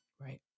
right